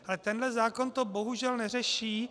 Ale tenhle zákon to bohužel neřeší.